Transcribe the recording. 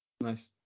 Nice